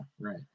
right